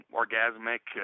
orgasmic